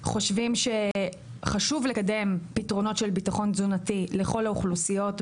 חושבים שחשוב לקדם פתרונות של ביטחון תזונתי לכל האוכלוסיות,